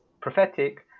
prophetic